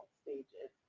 stages